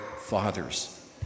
fathers